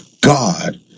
God